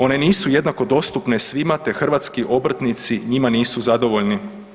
One nisu jednako dostupne svima, te hrvatski obrtnici njima nisu zadovoljni.